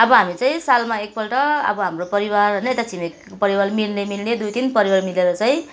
अब हामी चाहिँ सालमा एकपल्ट अब हाम्रो परिवार यता छिमेकीको परिवार मिल्ने मिल्ने दुई तिन परिवार मिलेर चाहिँ